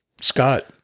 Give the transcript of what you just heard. Scott